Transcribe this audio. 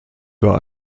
bei